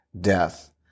death